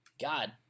god